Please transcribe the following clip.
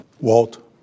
Walt